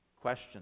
Question